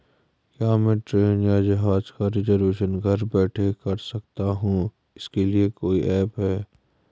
क्या मैं ट्रेन या जहाज़ का रिजर्वेशन घर बैठे कर सकती हूँ इसके लिए कोई ऐप है?